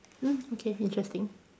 mm okay interesting